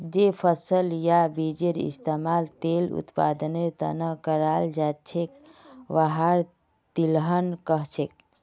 जे फसल या बीजेर इस्तमाल तेल उत्पादनेर त न कराल जा छेक वहाक तिलहन कह छेक